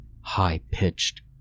high-pitched